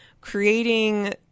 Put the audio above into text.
creating